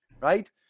right